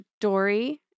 Dory